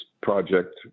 project